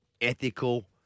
ethical